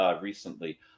recently